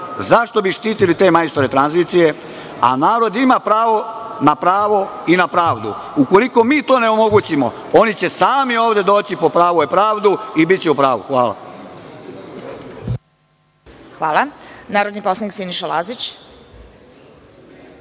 zašto bi štitili te majstore tranzicije, a narod ima pravo na pravo i na pravdu. Ukoliko mi to ne omogućimo, oni će sami ovde doći po pravu i pravdu i biće u pravu. Hvala. **Vesna Kovač** Hvala. Reč ima narodni poslanik Siniša Lazić.